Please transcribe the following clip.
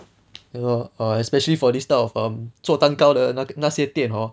ya lor err especially for this type of um 做蛋糕的那些店 hor